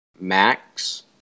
Max